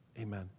amen